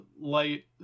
light